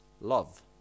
Love